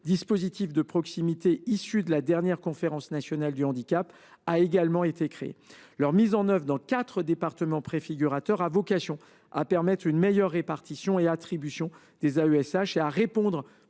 dispositif de proximité issu de la dernière Conférence nationale du handicap (CNH), ont également été créés. Leur mise en œuvre dans quatre départements préfigurateurs a vocation à permettre de meilleures répartitions et attributions des AESH, et à répondre